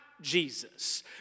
Jesus